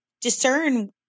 discern